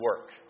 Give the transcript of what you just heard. work